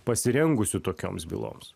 pasirengusi tokioms byloms